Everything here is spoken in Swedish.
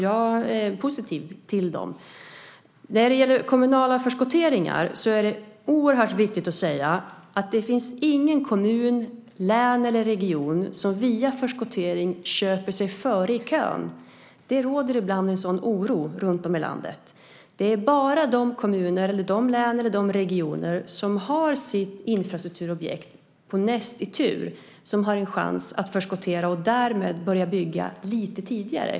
Jag är positiv till dem. När det gäller kommunala förskotteringar är det oerhört viktigt att säga att det inte finns någon kommun, något län eller någon region som via förskottering köper sig före i kön. Det råder ibland en oro för det runtom i landet. Det är bara de kommuner, de län eller de regioner som har sitt infrastrukturobjekt näst i tur som har en chans att förskottera och därmed börja bygga lite tidigare.